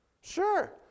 Sure